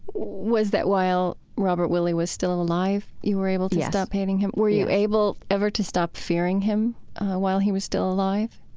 was that while robert willie was still alive you were able to stop hating him? yeah were you able ever to stop fearing him while he was still alive?